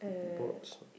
bots